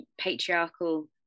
patriarchal